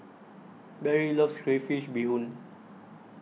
Barry loves Crayfish Beehoon